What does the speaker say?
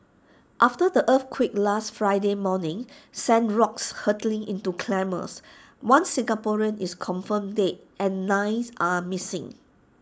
after the earthquake last Friday morning sent rocks hurtling into climbers one Singaporean is confirmed dead and nine are missing